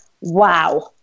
wow